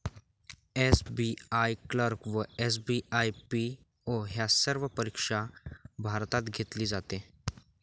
SBI clerk व SBI PO ह्या bank परीक्षा भारतात घेतली जाते